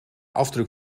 afdruk